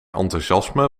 enthousiasme